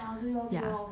ya